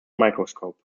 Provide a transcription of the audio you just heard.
microscope